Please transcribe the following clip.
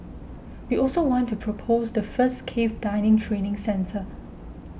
we also want to propose the first cave diving training centre